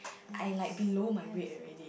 I like below my weight already